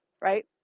right